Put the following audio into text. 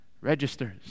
registers